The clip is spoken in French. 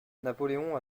napoléon